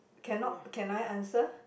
cannot can I answer